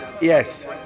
Yes